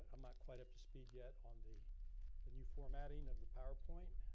i'm not quite up to speed yet on the and new formatting of the powerpoint.